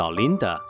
Linda 。